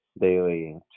daily